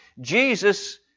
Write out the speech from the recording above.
Jesus